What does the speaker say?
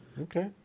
Okay